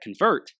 Convert